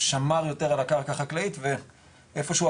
שמר יותר על הקרקע החקלאית ואיפה שהוא,